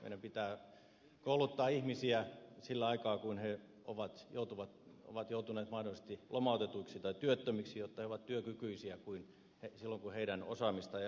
meidän pitää kouluttaa ihmisiä sillä aikaa kun he ovat joutuneet mahdollisesti lomautetuiksi tai työttömiksi jotta he ovat työkykyisiä silloin kun heidän osaamistaan jälleen tarvitaan